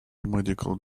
medical